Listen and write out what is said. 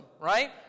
right